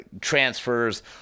transfers